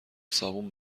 صابون